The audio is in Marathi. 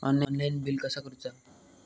ऑनलाइन बिल कसा करुचा?